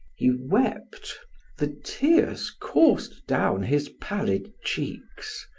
he wept the tears coursed down his pallid cheeks.